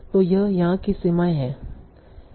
तो यह यहां की सीमाएं हैं